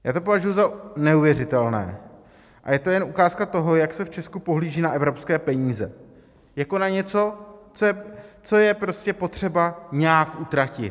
Já to považuji za neuvěřitelné a je to jen ukázka toho, jak se v Česku pohlíží na evropské peníze jako na něco, co je prostě potřeba nějak utratit.